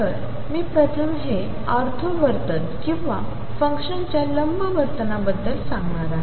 तर मी प्रथम हे ऑर्थो वर्तन किंवा फंक्शनच्या लंब वर्तनाबद्दल सांगणार आहे